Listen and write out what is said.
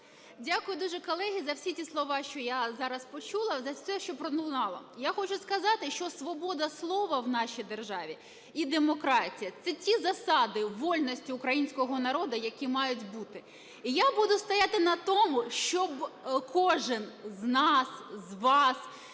Дякую дуже, колеги, за всі ті слова, що я зараз почула, за все, що пролунало. Я хочу сказати, що свобода слова в нашій державі і демократія – це ті засади вольності українського народу, які мають бути. І я буду стояти на тому, щоб кожен з нас, з вас